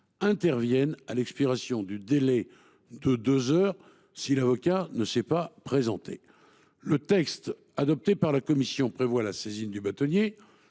intervient à l’expiration du délai de deux heures si l’avocat ne s’est pas présenté. Le texte adopté par la commission spéciale prévoit la saisine du bâtonnier